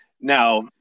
now